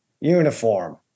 uniform